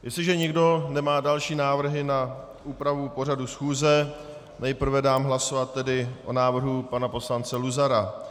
Jestliže nikdo nemá další návrhy na úpravu pořadu schůze, nejprve dám hlasovat tedy o návrhu pana poslance Luzara.